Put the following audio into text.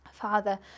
Father